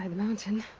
um mountain!